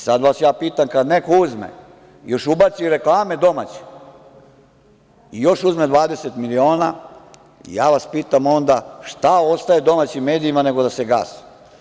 Sad vas ja pitam, kad neko uzme, a još ubaci domaće reklame, i još ubaci domaće reklame, i još uzme 20 miliona, ja vas pitam onda - šta ostaje domaćim medijima nego da se gase?